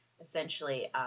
Essentially